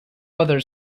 other